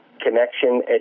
connection